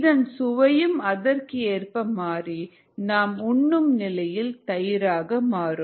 இதன் சுவையும் அதற்கு ஏற்ப மாறி நாம் உண்ணும் நிலையில் தயிராக மாறும்